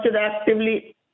actively